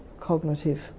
cognitive